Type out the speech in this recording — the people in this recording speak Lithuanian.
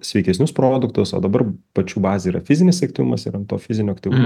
sveikesnius produktus o dabar pačių bazė yra fizinis aktyvumas ir ant to fizinio aktyvumo